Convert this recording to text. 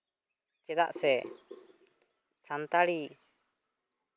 ᱪᱮᱫᱟᱜ ᱥᱮ ᱥᱟᱱᱛᱟᱲᱤ